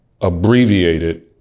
abbreviated